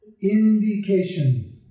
Indication